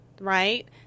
Right